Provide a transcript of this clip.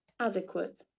Adequate